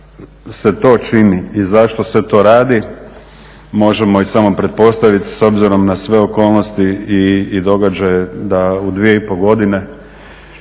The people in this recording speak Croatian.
se to čini i zašto se to radi možemo i samo pretpostaviti s obzirom na sve okolnosti i događaje da u 2,5 godine